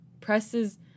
presses